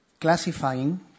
classifying